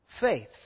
faith